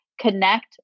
connect